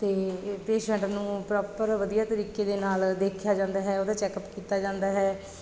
ਅਤੇ ਪੇਸ਼ੈਂਟ ਨੂੰ ਪ੍ਰੋਪਰ ਵਧੀਆ ਤਰੀਕੇ ਦੇ ਨਾਲ ਦੇਖਿਆ ਜਾਂਦਾ ਹੈ ਉਹਦਾ ਚੈੱਕਅਪ ਕੀਤਾ ਜਾਂਦਾ ਹੈ